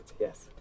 yes